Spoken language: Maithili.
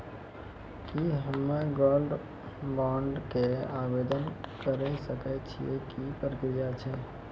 की हम्मय गोल्ड बॉन्ड के आवदेन करे सकय छियै, की प्रक्रिया छै?